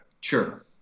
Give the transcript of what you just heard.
Sure